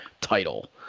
title